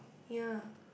yea